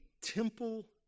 temple